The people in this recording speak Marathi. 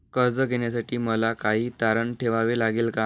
कर्ज घेण्यासाठी मला काही तारण ठेवावे लागेल का?